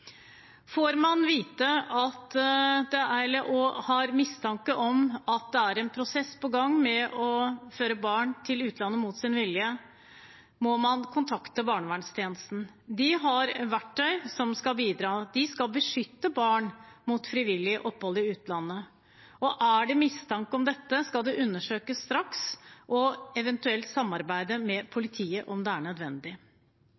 Får man vite eller har mistanke om at det er en prosess på gang med å føre barn til utlandet mot deres vilje, må man kontakte barnevernstjenesten. De har verktøy som skal bidra. De skal beskytte barn mot ufrivillig opphold i utlandet. Er det mistanke om dette, skal de undersøke det straks og eventuelt samarbeide med